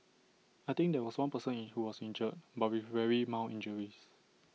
I think there was one person who was injured but with very mild injuries